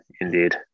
indeed